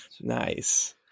Nice